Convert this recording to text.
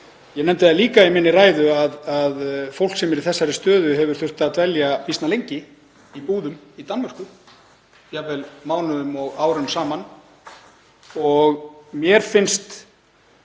Ég nefndi það líka í ræðu minni að fólk sem er í þessari stöðu hefur þurft að dvelja býsna lengi í búðum í Danmörku, jafnvel mánuðum og árum saman. Mér finnst